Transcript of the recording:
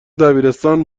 دبیرستان